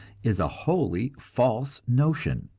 is a wholly false notion.